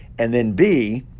and then, b,